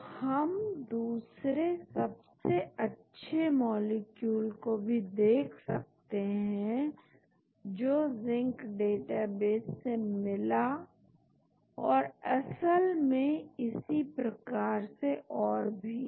तो हम दूसरे सबसे अच्छे मॉलिक्यूल को भी देख सकते हैं जो जिंक डेटाबेस से मिला और असल में इसी प्रकार से और भी